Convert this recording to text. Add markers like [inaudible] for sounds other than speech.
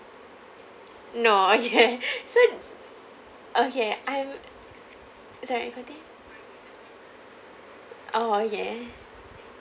no okay [laughs] so okay I'm sorry continue oh yeah